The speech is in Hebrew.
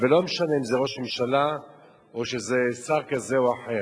ולא משנה אם זה ראש הממשלה או שזה שר כזה או אחר.